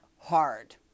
hard